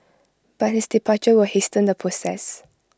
but his departure will hasten the process